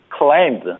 claimed